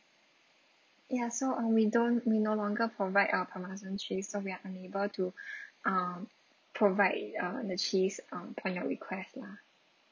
ya so um we don't we no longer provide uh parmesan cheese so we're unable to uh provide uh the cheese um from that request lah